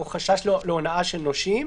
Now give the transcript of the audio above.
או חשש להונאה של נושים,